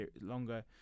longer